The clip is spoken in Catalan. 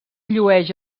llueix